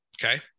okay